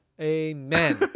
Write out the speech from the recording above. Amen